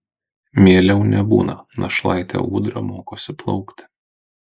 mieliau nebūna našlaitė ūdra mokosi plaukti